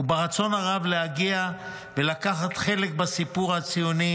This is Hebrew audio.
ולרצון רב להגיע ולקחת חלק בסיפור הציוני,